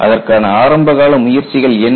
அதற்கான ஆரம்பகால முயற்சிகள் என்ன